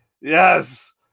Yes